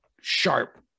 sharp